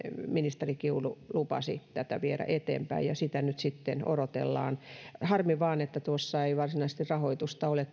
ministeri kiuru lupasi tätä viedä eteenpäin ja sitä nyt sitten odotellaan harmi vain että tuossa ensi vuoden budjetissa ei varsinaisesti rahoitusta ole